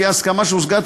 לפי ההסכמה שהושגה,